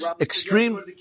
Extreme